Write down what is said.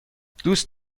دوست